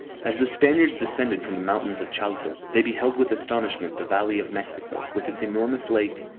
as the spaniards descended from the mountains of chalco, they beheld with astonishment the valley of mexico, with its enormous lake,